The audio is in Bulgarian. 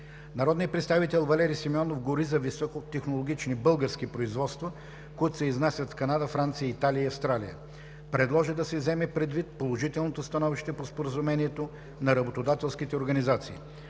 Народният представител Валери Симеонов говори за високотехнологични български производства, които се изнасят в Канада, Франция, Италия и Австралия. Предложи да се вземе предвид положителното становище по Споразумението на работодателските организации.